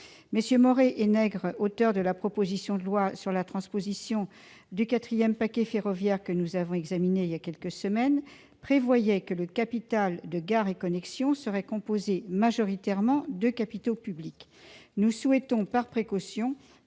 MM. Maurey et Nègre, auteurs de la proposition de loi sur la transposition du quatrième paquet ferroviaire que nous avons examinée voilà quelques semaines, prévoyaient que le capital de Gares & Connexions serait composé majoritairement de capitaux publics. Nous souhaitons, par précaution,